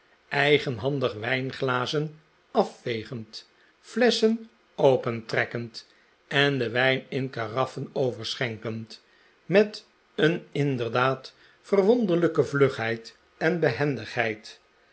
eigenhandig wijnglazen afvegend flesschen opentrekkend en den wijn in karaffen overschenkend met een inderdaad verwonderlijke vlugheid en behendigheid